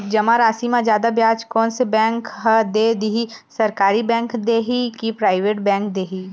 जमा राशि म जादा ब्याज कोन से बैंक ह दे ही, सरकारी बैंक दे हि कि प्राइवेट बैंक देहि?